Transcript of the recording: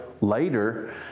later